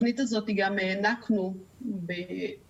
התוכנית הזאת גם הענקנו ב...